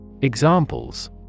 Examples